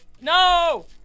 no